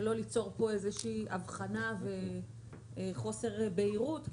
ולא ליצור פה איזושהי הבחנה וחוסר בהירות.